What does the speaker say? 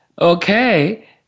okay